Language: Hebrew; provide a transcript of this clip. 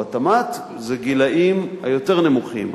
בתמ"ת זה הגילאים היותר נמוכים.